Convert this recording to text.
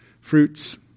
fruits